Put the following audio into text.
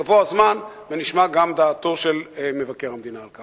יבוא הזמן ונשמע גם דעתו של מבקר המדינה על כך.